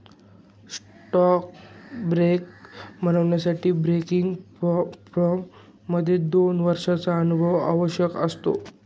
stock broker बनण्यासाठी broking firm मध्ये दोन वर्षांचा अनुभव आवश्यक असतो